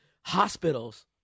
Hospitals